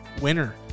winner